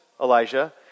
Elijah